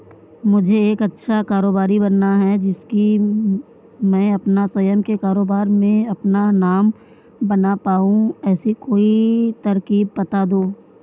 मुझे एक अच्छा कारोबारी बनना है जिससे कि मैं अपना स्वयं के कारोबार में अपना नाम बना पाऊं ऐसी कोई तरकीब पता दो?